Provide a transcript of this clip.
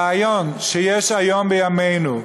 הרעיון שיש בימינו,